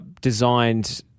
designed